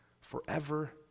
forever